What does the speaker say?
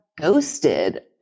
ghosted